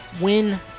win